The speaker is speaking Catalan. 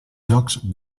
llocs